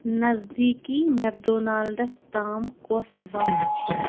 نزدیکی McDonald's تام کۄس وتھ چھےٚ